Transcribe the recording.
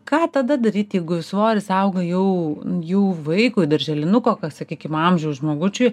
ką tada daryti jeigu svoris auga jau jų vaikui darželinuko kas sakykim amžiaus žmogučiui